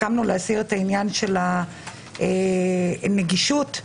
ללא קשר לייעוד המבנה.